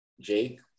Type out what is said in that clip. Jake